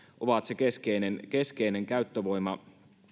ovat se keskeinen keskeinen käyttövoima